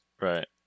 Right